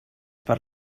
per